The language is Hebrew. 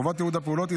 חובות תיעוד הפעולות,